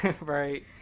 Right